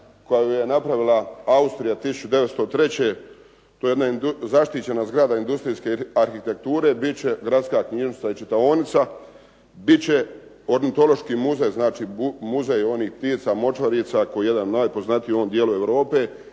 koju je napravila Austrija 1903. to je jedna zaštićena zgrada industrijske arhitekture, bit će gradska knjižnica i čitaonica, bit će ornitološki muzej, znači muzej onih ptica močvarica koji je jedan od najpoznatijih u ovom dijelu Europe